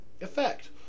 effect